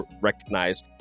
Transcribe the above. recognize